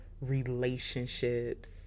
relationships